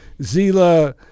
Zila